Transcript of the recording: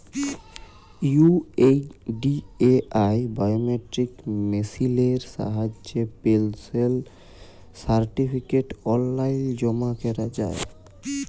UIDAI biometric মেসিলের সাহায্যে পেলশল সার্টিফিকেট অললাইল জমা ক্যরা যায়